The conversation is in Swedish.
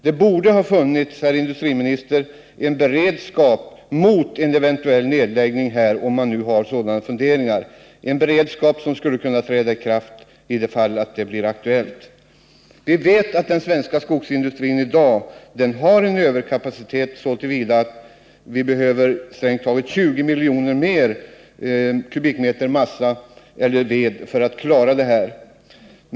Det borde, herr industriminister, ha funnits en beredskap mot en nedläggning, om man nu har sådana funderingar, dvs. en beredskap som skulle kunna utnyttjas om en nedläggning blir aktuell. Vi vet att den svenska skogsindustrin i dag har en överkapacitet så till vida som man behöver ytterligare 20 miljoner m? ved för att kunna utnyttja hela kapaciteten.